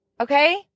Okay